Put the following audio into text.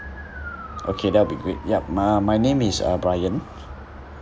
okay that will be great yup my my name is uh brian